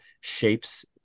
shapes